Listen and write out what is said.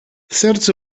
certos